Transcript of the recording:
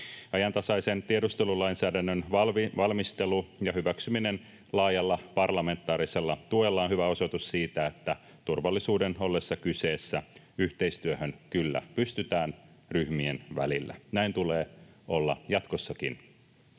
Ajantasaisen tiedustelulainsäädännön valmistelu ja hyväksyminen laajalla parlamentaarisella tuella on hyvä osoitus siitä, että turvallisuuden ollessa kyseessä yhteistyöhön kyllä pystytään ryhmien välillä. Näin tulee olla jatkossakin.